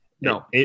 No